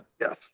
Yes